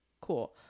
Cool